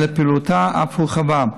אלא פעילותה אף הורחבה.